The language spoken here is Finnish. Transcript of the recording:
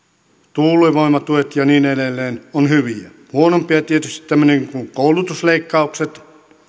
tuulivoimatuet ja niin edelleen ovat hyviä huonompia ovat tietysti tämmöiset kuin koulutusleikkaukset